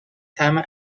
طعم